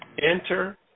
Enter